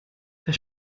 der